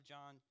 John